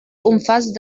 umfasst